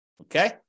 Okay